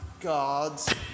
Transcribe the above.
God's